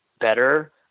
better